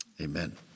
amen